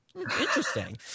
Interesting